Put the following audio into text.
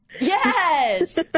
Yes